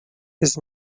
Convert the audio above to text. his